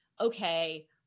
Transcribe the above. okay